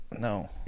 No